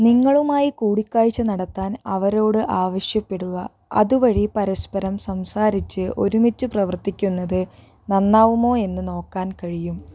നിങ്ങളുമായി കൂടിക്കാഴ്ച നടത്താൻ അവരോട് ആവശ്യപ്പെടുക അതുവഴി പരസ്പരം സംസാരിച്ച് ഒരുമിച്ച് പ്രവർത്തിക്കുന്നത് നന്നാവുമോ എന്ന് നോക്കാൻ കഴിയും